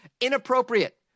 Inappropriate